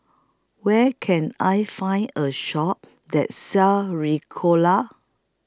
Where Can I Find A Shop that sells Ricola